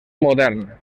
modern